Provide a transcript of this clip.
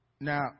Now